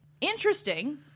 Interesting